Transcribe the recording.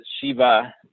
Shiva